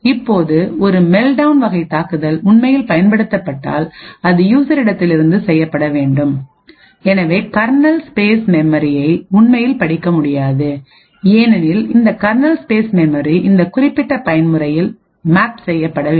இப்போது ஒரு மெல்டவுன் வகை தாக்குதல் உண்மையில் பயன்படுத்தப்பட்டால் அது யூசர் இடத்திலிருந்து செய்யப்பட வேண்டும் எனவே கர்னல் ஸ்பேஸ் மெமரியைஉண்மையில் படிக்க முடியாது ஏனெனில் இந்த கர்னல் ஸ்பேஸ் மெமரி இந்த குறிப்பிட்ட பயன்முறையில் மேப் செய்யப்படவில்லை